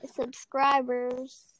subscribers